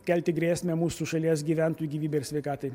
kelti grėsmę mūsų šalies gyventojų gyvybei ir sveikatai